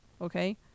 okay